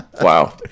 Wow